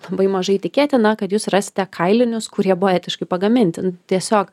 labai mažai tikėtina kad jūs rasite kailinius kurie buvo etiškai pagaminti tiesiog